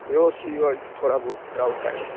یہِ اوس یہوے تھوڑا بہت دراوُس سایِڈَس